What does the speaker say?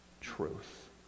truth